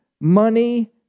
money